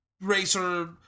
racer